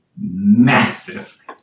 massive